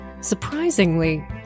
Surprisingly